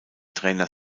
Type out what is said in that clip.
trainer